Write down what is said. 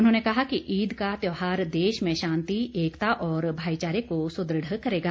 उन्होंने कहा कि ईद का त्यौहार देश में शांति एकता और भाईचारे को सुदृढ़ करेगा